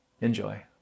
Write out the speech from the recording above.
Enjoy